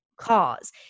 cause